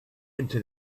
into